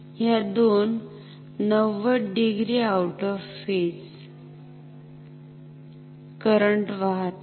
ह्या दोन 90 degree out of phase current वाहतात